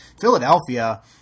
Philadelphia